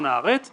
צוהריים טובים.